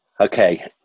Okay